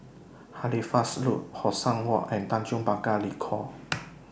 Halifax Road Hong San Walk and Tanjong Pagar Ricoh